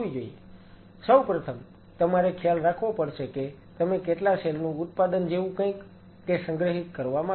સૌ પ્રથમ તમારે ખ્યાલ રાખવો પડશે કે તમે કેટલા સેલ નું ઉત્પાદન જેવું કંઈક કે સંગ્રહિત કરવા માગો છો